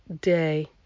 day